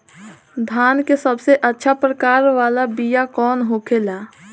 धान के सबसे अच्छा प्रकार वाला बीया कौन होखेला?